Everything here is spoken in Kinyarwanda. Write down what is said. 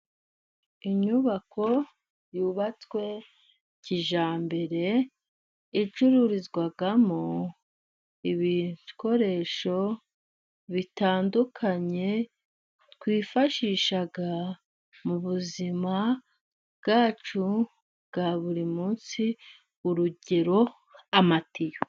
Inyubako y'ubatswe kijyambere, icururizwamo ibikoresho bitandukanye twifashisha mu buzima bwacu bwa buri munsi, urugero amatiyo.